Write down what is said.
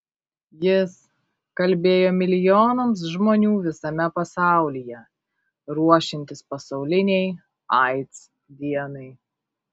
jis kalbėjo milijonams žmonių visame pasaulyje ruošiantis pasaulinei aids dienai